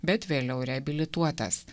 bet vėliau reabilituotas